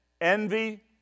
envy